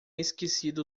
esquecido